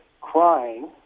crying